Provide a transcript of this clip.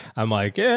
i'm like, ah,